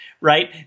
Right